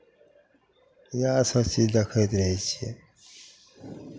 इएहसभ चीज देखैत रहै छियै